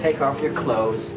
take off your clothes